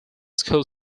school